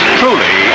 truly